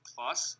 Plus